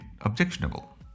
objectionable